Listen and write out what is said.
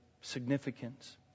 significance